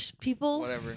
people